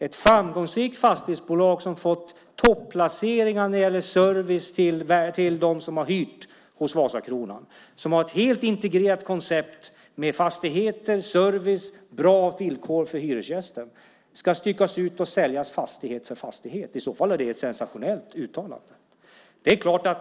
Ett framgångsrikt fastighetsbolag, som har fått topplaceringar när det gäller service till dem som har hyrt hos Vasakronan och som har ett helt integrerat koncept med fastigheter, service och bra villkor för hyresgäster, ska styckas ut och säljas fastighet för fastighet. I så fall är det ett sensationellt uttalande.